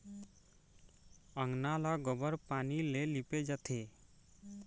अंगना ल गोबर पानी ले लिपे जाथे